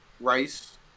Rice